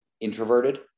introverted